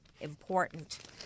important